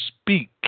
speak